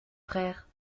frère